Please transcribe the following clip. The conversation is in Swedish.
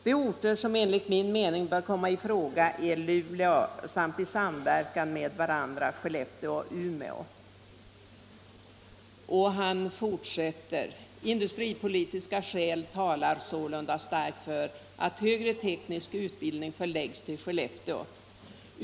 De orter som enligt min mening bör komma i fråga är Luleå samt, i samverkan med varandra, Skellefteå och Umeå. —--—- Industripolitiska skäl talar sålunda starkt för att högre teknisk utbildning förläggs till Skellefteå.